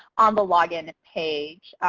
on the login page.